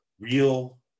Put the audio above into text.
real